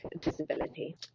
disability